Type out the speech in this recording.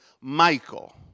Michael